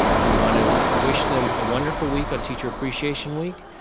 we want to wish them a wonderful week on teacher appreciation week.